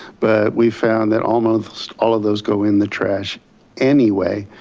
but we found that almost all of those go in the trash anyway.